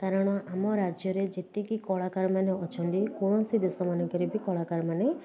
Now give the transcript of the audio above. କାରଣ ଆମ ରାଜ୍ୟରେ ଯେତିକି କଳାକାରମାନେ ଅଛନ୍ତି କୌଣସି ଦେଶମାନଙ୍କରେ ବି କଳାକାରମାନେ